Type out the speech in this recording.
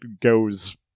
goes